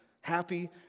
happy